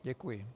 Děkuji.